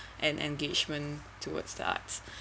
and engagement towards the arts